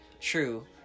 True